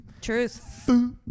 Truth